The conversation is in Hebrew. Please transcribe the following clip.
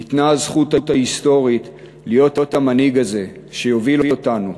ניתנה הזכות ההיסטורית להיות המנהיג הזה שיוביל אותנו,